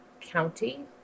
County